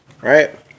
right